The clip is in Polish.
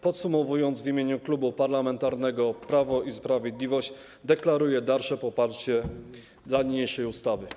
Podsumowując, w imieniu Klubu Parlamentarnego Prawo i Sprawiedliwość deklaruję dalsze poparcie dla niniejszej ustawy.